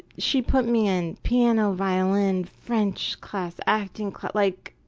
she put me in piano, violin, french class, acting class, like,